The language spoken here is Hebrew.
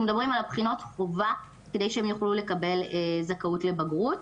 מדברים על בחינות חובה כדי שהם יוכלו לקבל זכאות לבגרות,